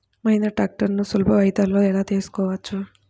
మహీంద్రా ట్రాక్టర్లను సులభ వాయిదాలలో ఎలా తీసుకోవచ్చు?